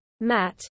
Matt